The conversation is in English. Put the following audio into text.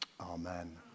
Amen